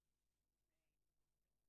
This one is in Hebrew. בוא, תשב אתנו פה בשולחן.